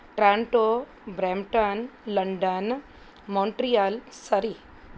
Toronto Brampton London Montreal Surrey